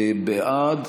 בעד,